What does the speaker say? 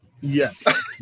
Yes